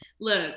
Look